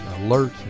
alert